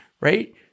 right